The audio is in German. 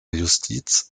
justiz